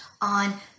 on